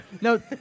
No